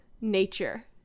nature